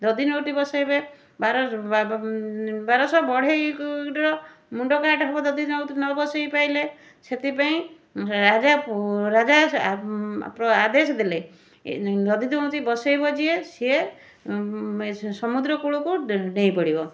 ଦଧିନଉତି ବସେଇବେ ବାର ବାରଶହ ବଢ଼େଇଙ୍କର ମୁଣ୍ଡ କାଟ ହେବ ଦଧିନଉତି ନ ବସେଇ ପାଇଲେ ସେଥିପାଇଁ ରାଜା ପୁ ରାଜା ଆଦେଶ ଦେଲେ ଦଧିନଉତି ବସେଇବ ଯିଏ ସିଏ ସେ ସମୁଦ୍ରକୂଳକୁ ଡେଇଁ ପଡ଼ିବ